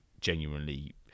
genuinely